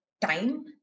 time